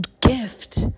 gift